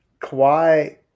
Kawhi